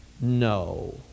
no